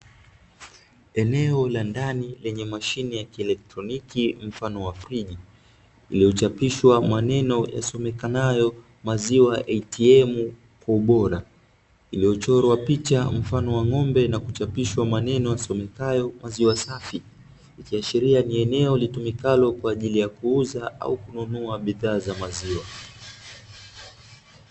Eneo la ndani lenye mashine ya kielektroniki mfano wa friji lililochapishwa maneno yasomekayo maziwa "ATM" kwa ubora, iliyochorwa picha mfano wa ng’ombe na kuchapishwa maneno yasomekayo maziwa safi. Ikiashiria ni eneo litumikalo kwa ajili ya kuuza ama kununua bidhaa za maziwa.